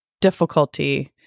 difficulty